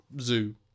zoo